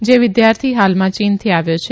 જે વિદ્યાર્થી હાલમાં યીનથી આવ્યો છે